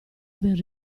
aver